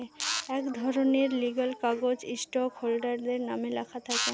এক ধরনের লিগ্যাল কাগজ স্টক হোল্ডারদের নামে লেখা থাকে